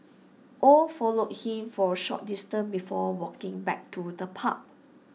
oh followed him for A short distance before walking back to the pub